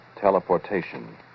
teleportation